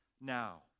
now